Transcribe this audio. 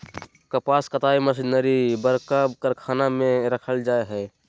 कपास कताई मशीनरी बरका कारखाना में रखल जैय हइ